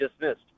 dismissed